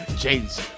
James